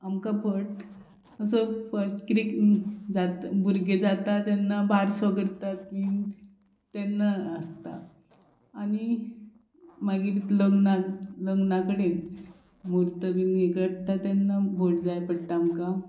आमकां भट असो फस्ट किदें जाता भुरगें जाता तेन्ना बारसो करतात बीन तेन्ना आसता आनी मागीर लग्नाक लग्ना कडेन म्हूर्त बीन हें करता तेन्ना भट जाय पडटा आमकां